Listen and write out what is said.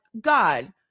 God